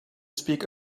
speak